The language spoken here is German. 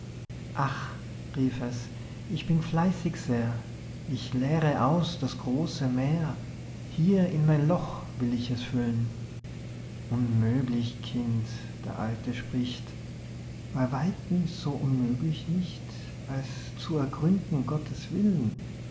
ach rief es ich bin fleißig sehr ich leere aus das große meer hier in mein loch will ich es füllen unmöglich kind der alte spricht bei weitem so unmöglich nicht als zu ergründen gottes willen